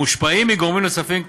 המושפעים מגורמים נוספים,